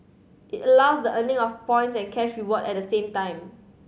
it allows the earning of points and cash reward at the same time